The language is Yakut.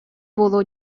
буолуо